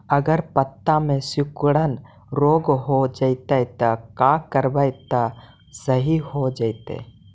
अगर पत्ता में सिकुड़न रोग हो जैतै त का करबै त सहि हो जैतै?